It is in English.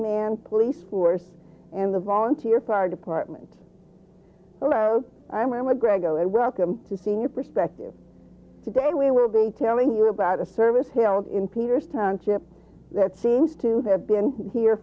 man police force and the volunteer fire department hello i'm a grego and welcome to seeing your perspective today we will be telling you about a service held in peters township that seems to have been here